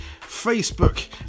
Facebook